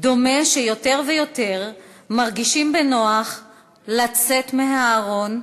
דומה שיותר ויותר מרגישים בנוח לצאת מהארון,